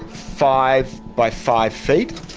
five by five feet